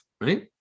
Right